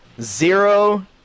zero